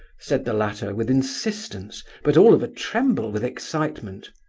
said the latter, with insistence, but all of a tremble with excitement.